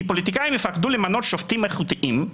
כי פוליטיקאים יפחדו למנות שופטים איכותיים,